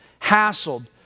hassled